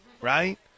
right